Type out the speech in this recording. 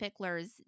Pickler's